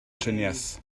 triniaeth